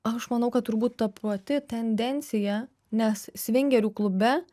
aš manau kad turbūt ta pati tendencija nes svingerių klube